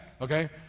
okay